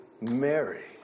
Mary